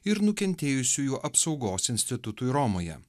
ir nukentėjusiųjų apsaugos institutui romoje